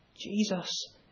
Jesus